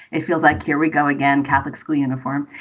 it feels like here we go again, catholic school uniform.